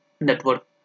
network